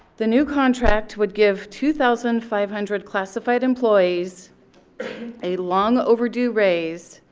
the new contract would give two thousand five hundred classified employees a long overdue raise,